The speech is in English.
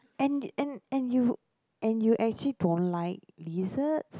and and and you and you actually don't like lizards